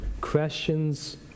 questions